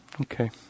okay